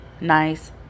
nice